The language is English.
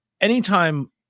anytime